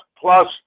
plus